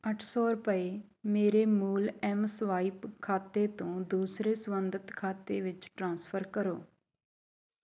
ਅੱਠ ਸੌ ਰੁਪਏ ਮੇਰੇ ਮੂਲ ਐੱਮਸਵਾਇਪ ਖਾਤੇ ਤੋਂ ਦੂਸਰੇ ਸੰਬੰਧਿਤ ਖਾਤੇ ਵਿੱਚ ਟ੍ਰਾਂਸਫਰ ਕਰੋ